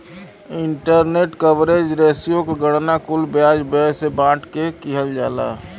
interest coverage ratio क गणना कुल ब्याज व्यय से बांट के किहल जाला